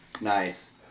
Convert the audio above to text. Nice